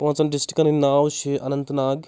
پانٛژَن ڈِسٹرکَن ہِنٛدۍ ناو چھِ اَننت ناگ